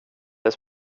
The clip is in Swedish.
dig